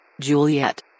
Juliet